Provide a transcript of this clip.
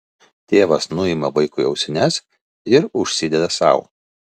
tėvas nuima vaikui ausines ir užsideda sau